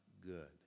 good